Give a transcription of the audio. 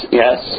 yes